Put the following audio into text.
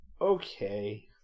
okay